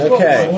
Okay